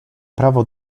prawo